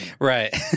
Right